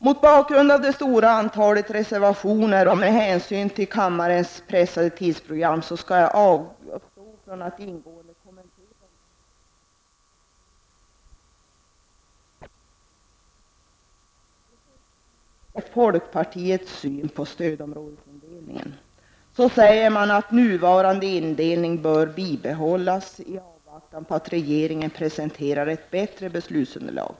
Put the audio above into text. Mot bakgrund av det stora antalet reservationer, och med hänsyn till kammarens pressade tidsprogram, skall jag avstå från att ingående kommentera dessa reservationer. Jag vill bara göra ett par påpekanden. När det gäller folkpartiets syn på stödområdesindelningen säger man att nuvarande indelning bör bibehållas i avvaktan på att regeringen presenterar ett bättre beslutsunderlag.